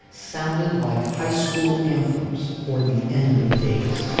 sounded like high school anthems for the end of days.